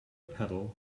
pedal